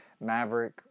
Maverick